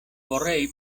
vorrei